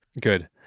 good